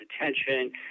attention